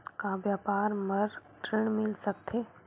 का व्यापार बर ऋण मिल सकथे?